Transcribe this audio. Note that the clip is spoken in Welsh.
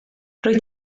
rwyt